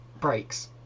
breaks